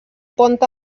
pont